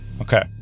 Okay